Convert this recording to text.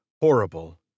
horrible